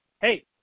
hey